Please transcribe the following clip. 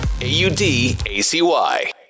A-U-D-A-C-Y